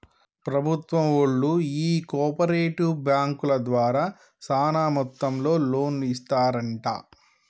ప్రభుత్వం బళ్ళు ఈ కో ఆపరేటివ్ బాంకుల ద్వారా సాన మొత్తంలో లోన్లు ఇస్తరంట